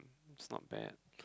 it's not bad